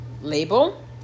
label